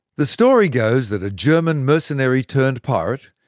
the story goes that a german mercenary turned pirate,